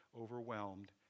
overwhelmed